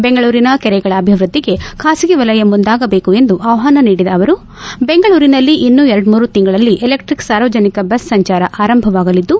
ಬೆಂಗಳೂರಿನ ಕೆರೆಗಳ ಅಭಿವ್ಯದ್ಲಿಗೆ ಖಾಸಗಿ ವಲಯ ಮುಂದಾಗಬೇಕು ಎಂದು ಆಹ್ವಾನ ನೀಡಿದ ಅವರು ಬೆಂಗಳೂರಿನಲ್ಲಿ ಇನ್ನು ಎರಡ್ಸೂರು ತಿಂಗಳಲ್ಲಿ ಎಲೆಕ್ಟಿಕ್ ಸಾರ್ವಜನಿಕ ಬಸ್ ಸಂಚಾರ ಆರಂಭವಾಗಲಿದ್ದು